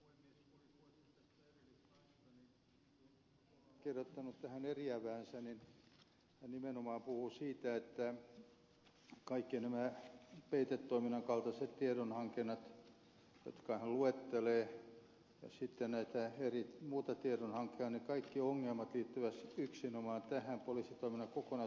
kun oli puhetta tästä erillislaista niin kimmo hakonen tässä lausunnossaan nimenomaan puhuu siitä että kaikki nämä peitetoiminnan kaltaiset tiedonhankinnat jotka hän luettelee ja muut tiedonhankintaan liittyvät ongelmat liittyvät kaikki yksinomaan tähän poliisitoiminnan kokonaisuuden kannalta varsin kapeaan tehtäväalueeseen